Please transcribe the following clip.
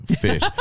fish